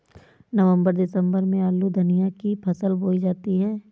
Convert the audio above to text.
नवम्बर दिसम्बर में आलू धनिया की फसल बोई जाती है?